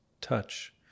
touch